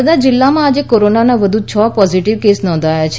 નર્મદા જિલ્લામાં આજે કોરોનાના વધુ છ પોઝિટિવ કેસ નોંધાયા છે